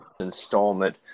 Installment